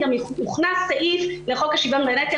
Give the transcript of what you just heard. הוכנס סעיף לחוק השוויון בנטל.